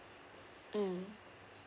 mm